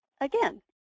again